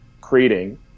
creating